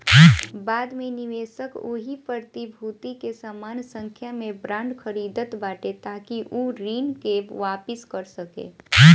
बाद में निवेशक ओही प्रतिभूति के समान संख्या में बांड खरीदत बाटे ताकि उ ऋण के वापिस कर सके